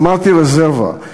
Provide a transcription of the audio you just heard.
אמרתי רזרבה.